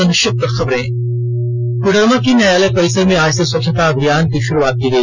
संक्षिप्त खबरें कोडरमा के न्यायालय परिसर में आज से स्वच्छता अभियान की शुरुआत की गई